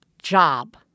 job